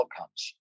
outcomes